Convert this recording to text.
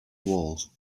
wall